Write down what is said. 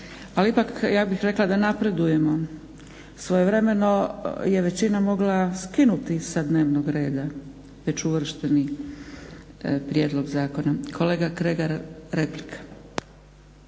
Ali ipak, ja bih rekla da napredujemo svojevremeno je većina mogla skinuti sa dnevnog reda već uvršteni prijedlog zakona. Kolega Kregar replika.